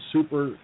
Super